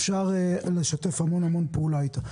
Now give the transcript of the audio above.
אפשר לשתף פעולה איתו המון.